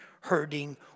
hurting